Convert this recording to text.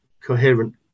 coherent